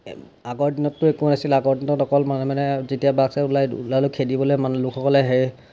আগৰ দিনতটো একো নাছিলে আগৰ দিনত অকল মানে যেতিয়া বাঘ চাঘ ওলায় ওলালেও খেদিবলৈ মানে লোকসকল আহে